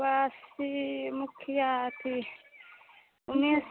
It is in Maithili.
काशी मुखिया उमेश